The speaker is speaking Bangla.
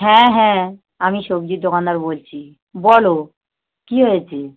হ্যাঁ হ্যাঁ আমি সবজির দোকানদার বলছি বলো কী হয়েছে